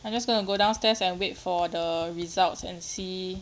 I'm just gonna go downstairs and wait for the results and see